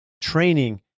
training